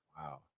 Wow